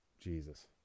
Jesus